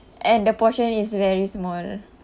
and the portion is very small